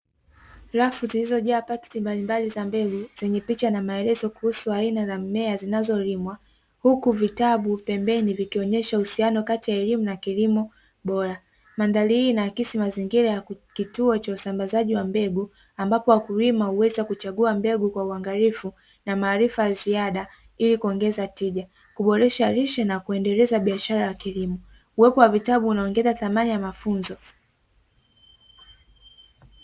Rafu zilizojaa pakti mbali mbali za mbegu zenye picha na maelezo kuhusu aina ya mmea zinazolimwa huku vitabu pembeni vikionyesha uhusiano kati ya elimu na kilimo bora, maandalizi yana akisi mazingira ya kutuo cha usambazaji wa mbegu ambapo wakulima huweza kuchagua mbegu kwa uangalifu na maarifa ya ziada ili kuongeza tija, kuboresha lishe na kuendeleza biashara ya kilimo uwepo wa vitabu unaongeza thamani ya mafunzo.